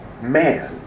man